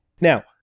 now